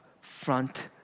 front